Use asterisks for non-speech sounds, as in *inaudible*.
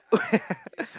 *laughs*